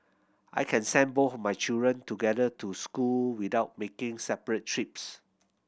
I can send both my children together to school without making separate trips